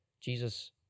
Jesus